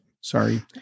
Sorry